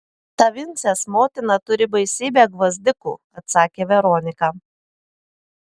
ta vincės motina turi baisybę gvazdikų atsakė veronika